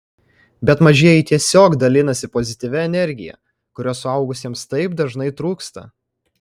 bet mažieji tiesiog dalinasi pozityvia energija kurios suaugusiems taip dažnai trūksta